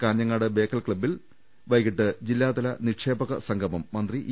കാഞ്ഞങ്ങാട് ബേക്കൽ ക്ലബ്ബിൽ വൈകീട്ട് ജില്ലാതല നിക്ഷേ പസംഗമം മന്ത്രി ഇ